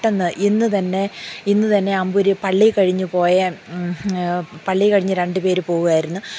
പെട്ടന്ന് ഇന്ന് തന്നെ ഇന്ന് തന്നെ അമ്പൂര് പള്ളി കഴിഞ്ഞു പോയ പള്ളി കഴിഞ്ഞു രണ്ടു പേര് പോവുകയായിരുന്നു